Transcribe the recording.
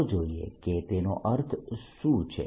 ચાલો જોઈએ કે તેનો અર્થ શું છે